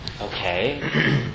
Okay